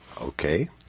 Okay